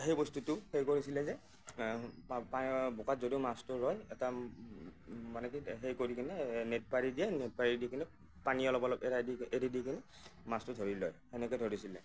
সেই বস্তুটো সেই কৰিছিলে যে বোকাত যদিওঁ মাছটো ৰয় এটা মানে কি সেই কৰি কিনে নেট মাৰি দিয়ে নেট পাৰি দি কিনে পানী অলপ অলপ এৰাই দি এৰি দি কিনে মাছটো ধৰি লয় সেনেকৈ ধৰিছিলে